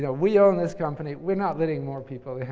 yeah we own this company. we're not letting more people